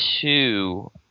two